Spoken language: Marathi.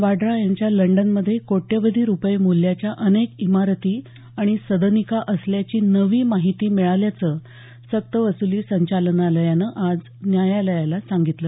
वाड्रा यांच्या लंडनमध्ये कोट्यवधी रुपये मूल्याच्या अनेक इमारती आणि सदनिका असल्याची नवी माहिती मिळाल्याचं सक्त वसुली संचालनालयानं आज न्यायालयाला सांगितलं